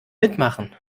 mitmachen